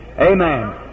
Amen